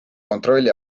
kontrolli